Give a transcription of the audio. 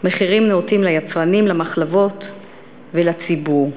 מחירים נאותים ליצרנים, למחלבות ולציבור.